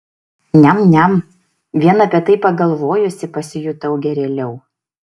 niam niam vien apie tai pagalvojusi pasijutau gerėliau